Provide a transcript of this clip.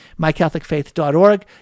mycatholicfaith.org